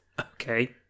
Okay